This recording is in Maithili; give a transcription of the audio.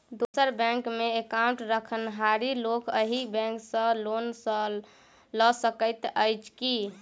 दोसर बैंकमे एकाउन्ट रखनिहार लोक अहि बैंक सँ लोन लऽ सकैत अछि की?